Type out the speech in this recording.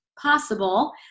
possible